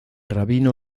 rabino